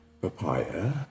Papaya